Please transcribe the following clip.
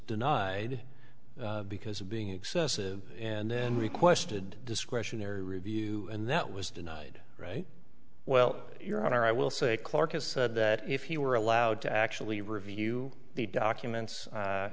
denied because of being excessive and then requested discretionary review and that was denied right well your honor i will say clarke has said that if he were allowed to actually review the documents